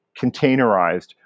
containerized